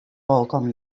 wolkom